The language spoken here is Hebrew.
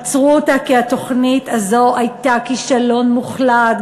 עצרו אותה כי התוכנית הזאת הייתה כישלון מוחלט,